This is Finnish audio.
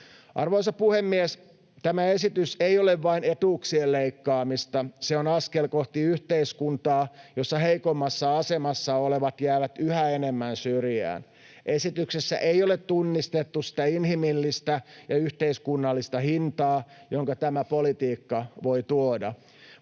Arvoisa puhemies! Tämä esitys ei ole vain etuuksien leikkaamista, se on askel kohti yhteiskuntaa, jossa heikoimmassa asemassa olevat jäävät yhä enemmän syrjään. Esityksessä ei ole tunnistettu sitä inhimillistä ja yhteiskunnallista hintaa, jonka tämä politiikka voi tuoda.